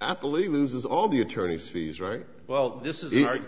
i believe loses all the attorney's fees right well this is